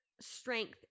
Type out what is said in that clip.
strength